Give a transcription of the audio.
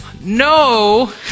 no